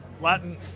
Latin